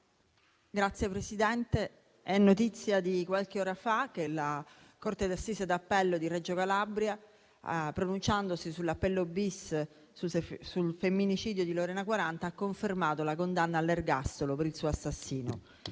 Signor Presidente, è notizia di qualche ora fa che la corte d'assise d'appello di Reggio Calabria, pronunciandosi sull'appello-*bis* sul femminicidio di Lorena Quaranta, ha confermato la condanna all'ergastolo per il suo assassino.